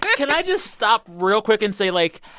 can i just stop real quick and say, like,